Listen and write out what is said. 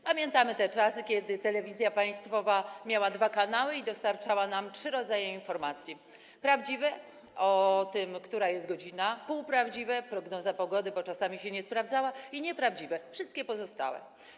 Pamiętamy te czasy, kiedy telewizja państwowa miała dwa kanały i dostarczała nam trzy rodzaje informacji: prawdziwe - o tym, która jest godzina, półprawdziwe - prognoza pogody, która czasami się nie sprawdzała, i nieprawdziwe - wszystkie pozostałe.